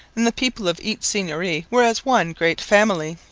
and the people of each seigneury were as one great family.